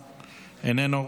איננו,